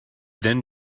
then